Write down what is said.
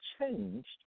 changed